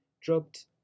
dropped